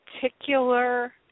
Particular